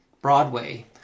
Broadway